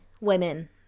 women